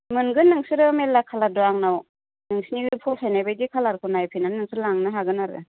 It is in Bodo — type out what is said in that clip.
मोनगोन नोंसोर मेरला कालार दं आंनाव नोंसिनि फसायनाय बायदि कालारखौ नायफैनानै नोंसोर लांनो हागोन आरो